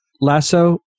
lasso